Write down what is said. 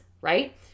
right